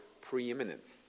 preeminence